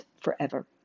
forever